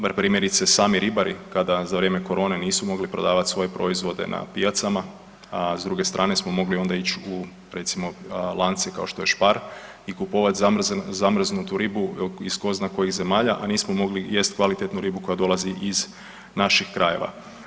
Primjerice sami ribari kada za vrijeme korone nisu mogli prodavat svoje proizvode na pijacama, a s druge strane smo mogli onda ić u recimo lance kao što je Spar i kupovat zamrznutu ribu iz ko zna kojih zemalja, a nismo mogli jest kvalitetnu ribu koja dolazi iz naših krajeva.